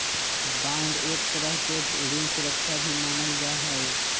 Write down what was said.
bond के एक तरह के ऋण सुरक्षा भी मानल जा हई